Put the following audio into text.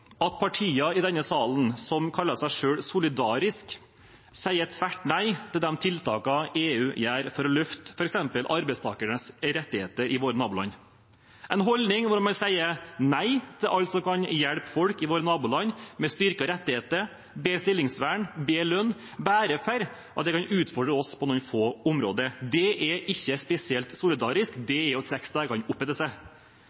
at partier i denne salen som kaller seg selv solidariske, sier tvert nei til de tiltakene EU gjør f.eks. for å løfte arbeidstakernes rettigheter i våre naboland – en holdning hvor man sier nei til alt som kan hjelpe folk i våre naboland, med styrkede rettigheter, bedre stillingsvern og bedre lønn, bare for at det kan utfordre oss på noen få områder. Det er ikke spesielt solidarisk